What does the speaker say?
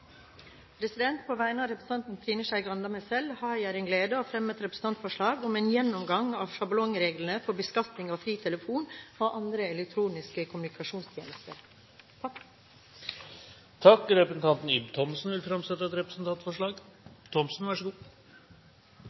På vegne av representanten Trine Skei Grande og meg selv har jeg gleden av å fremme representantforslag om en gjennomgang av sjablongreglene for beskatning av fri telefon og andre elektroniske kommunikasjonstjenester. Representanten Ib Thomsen vil framsette et representantforslag.